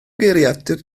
geiriadur